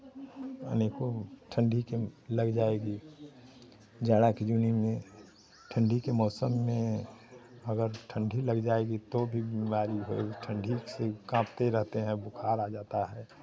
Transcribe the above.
अनेको ठंडी के लग जायेगी जाड़ा के दिन में ठंडी के मौसम में अगर ठंडी लग जायेगी तो भी बीमारी हो जायेगी ठंडी से कांपते रहते हैं बुखार आ जाता है